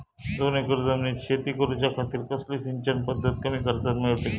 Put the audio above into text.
दोन एकर जमिनीत शेती करूच्या खातीर कसली सिंचन पध्दत कमी खर्चात मेलतली?